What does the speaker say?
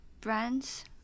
brands